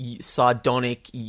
sardonic